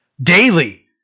Daily